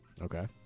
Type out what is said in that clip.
Okay